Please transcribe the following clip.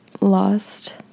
lost